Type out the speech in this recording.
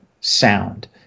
sound